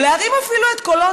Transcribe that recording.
או להרים אפילו את קולו,